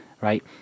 Right